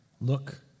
Look